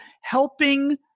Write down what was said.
helping